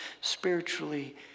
spiritually